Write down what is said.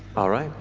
all right,